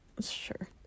sure